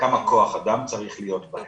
כמה כח אדם צריך להיות בהן,